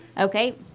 Okay